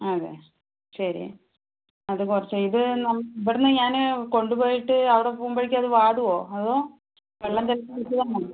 അതെ ശരി അത് കുറച്ച് ഇത് നമ്മള് ഇവിടുന്ന് ഞാന് കൊണ്ട് പോയിട്ട് അവിടെ പോകുമ്പോഴത്തേക്ക് അത് വാടുവോ അതോ വെള്ളം തിളച്ച് വെച്ചാൽ മതി